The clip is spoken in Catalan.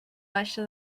baixa